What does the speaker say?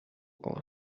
aus